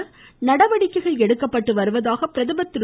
இந்திய நடவடிக்கைகள் எடுக்கப்பட்டு வருவதாக பிரகமர் திரு